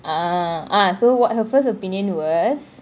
err ah so what her first opinion was